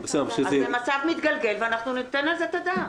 זה מצב מתגלגל ואנחנו ניתן על זה את הדעת.